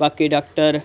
ਬਾਕੀ ਡਾਕਟਰ